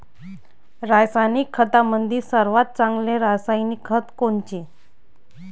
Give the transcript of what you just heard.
रासायनिक खतामंदी सर्वात चांगले रासायनिक खत कोनचे?